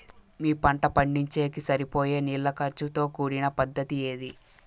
మీ పంట పండించేకి సరిపోయే నీళ్ల ఖర్చు తో కూడిన పద్ధతి ఏది?